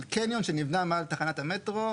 קניון שנבנה מעל תחנת המטרו,